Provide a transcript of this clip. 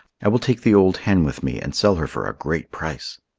i will take the old hen with me and sell her for a great price.